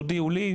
תודיעו לי,